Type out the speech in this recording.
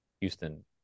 Houston